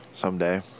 Someday